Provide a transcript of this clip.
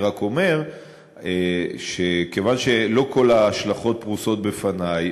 אני רק אומר שכיוון שלא כל ההשלכות פרוסות בפני,